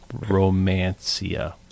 Romancia